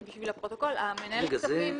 לפרוטוקול, מנהל הכספים